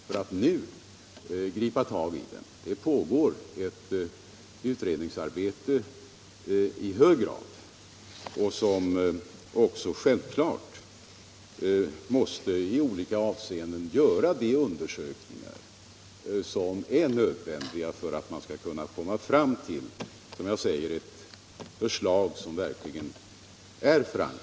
Det pågår i hög grad ett aktivt utredningsarbete, och man måste självfallet göra de undersökningar som är nödvändiga för att kunna komma fram till ett förslag som verkligen är förankrat.